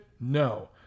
No